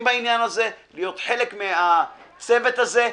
בעניין הזה להיות חלק מן הצוות הזה.